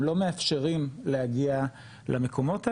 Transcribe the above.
הם לא מאפשרים להגיע למקומות האלה.